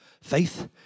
faith